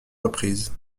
reprises